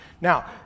Now